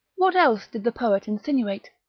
what else did the poet insinuate,